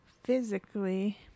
Physically